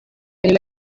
nyuma